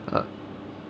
ah